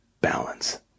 balance